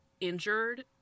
injured